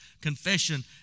confession